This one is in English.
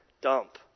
dump